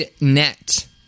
net